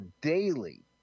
daily